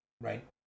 right